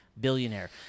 billionaire